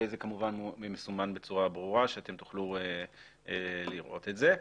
זה כמובן מסומן בצורה ברורה כך שתוכלו לראות את זה.